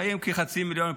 חיים כחצי מיליון,